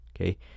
okay